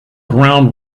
ground